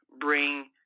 bring